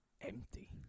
Empty